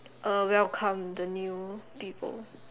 uh welcome the new people